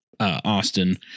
Austin